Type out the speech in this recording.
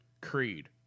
Creed